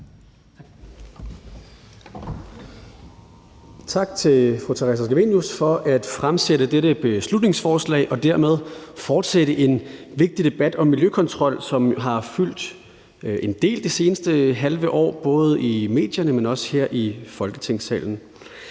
Tak til fru Theresa Scavenius for at fremsætte dette beslutningsforslag og dermed fortsætte en vigtig debat om miljøkontrol, som jo har fyldt en del det seneste halve år, både i medierne, men også her i Folketingssalen.